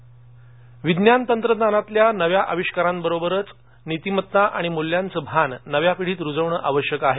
अमरावती विज्ञान तंत्रज्ञानातल्या नव्या आविष्कारांबरोबरच नीतीमत्ता आणि मूल्यांचं भान नव्या पिढीत रूजवण आवश्यक आहे